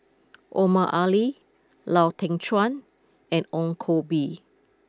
Omar Ali Lau Teng Chuan and Ong Koh Bee